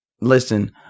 Listen